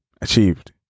achieved